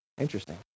Interesting